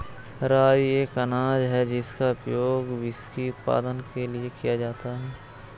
राई एक अनाज है जिसका उपयोग व्हिस्की उत्पादन के लिए किया जाता है